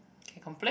can complaint